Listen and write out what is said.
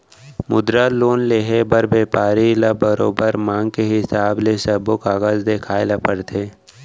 मुद्रा लोन लेहे बर बेपारी ल बरोबर मांग के हिसाब ले सब्बो कागज देखाए ल परथे